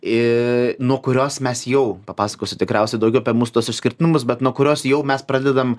nuo kurios mes jau papasakosiu tikriausia daugiau apie mūsų tuos išskirtinumus bet nuo kurios jau mes pradedam